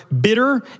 bitter